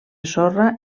sorra